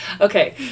Okay